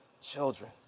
children